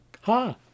Ha